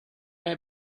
had